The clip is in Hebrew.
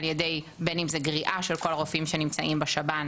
בין אם זה גריעה של כל הרופאים שנמצאים בשב"ן,